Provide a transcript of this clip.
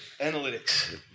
analytics